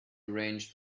arrange